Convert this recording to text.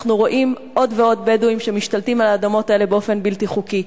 אנחנו רואים עוד ועוד בדואים שמשתלטים על האדמות האלה באופן בלתי חוקי.